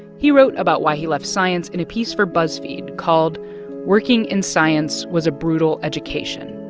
he wrote about why he left science in a piece for buzzfeed called working in science was a brutal education.